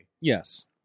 Yes